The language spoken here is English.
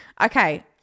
Okay